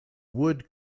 wood